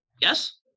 Yes